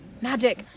Magic